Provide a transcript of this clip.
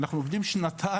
אנחנו עובדים שנתיים,